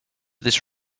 this